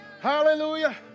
Hallelujah